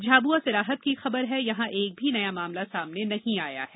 झाबुआ से राहत की खबर है कि यहां एक भी नया मामला सामने नहीं आया है